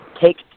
take